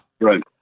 Right